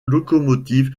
locomotive